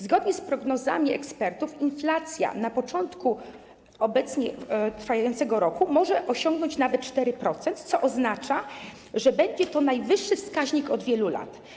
Zgodnie z prognozami ekspertów inflacja na początku trwającego obecnie roku może osiągnąć nawet 4%, co oznacza, że będzie to najwyższy wskaźnik od wielu lat.